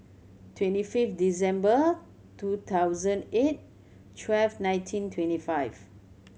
twenty fifth December two thousand eight twelve nineteen twenty five